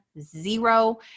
zero